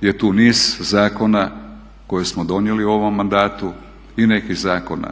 je tu niz zakona koje smo donijeli u ovom mandatu i nekih zakona